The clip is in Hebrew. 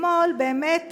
אתמול באמת